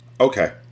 Okay